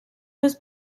was